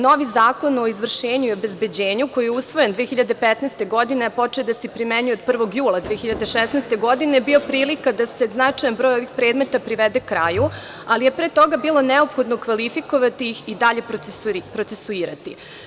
Novi Zakon o izvršenju i obezbeđenju koji je usvojen 2015. godine, a počeo je da se primenjuje od 1. jula 2016. godine bio je prilika da se značajan broj ovih predmeta privede kraju, ali je pre toga bilo neophodno kvalifikovati ih i dalji procesuirati.